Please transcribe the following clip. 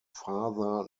farther